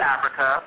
Africa